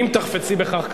אם תחפצי בכך,